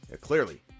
clearly